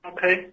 Okay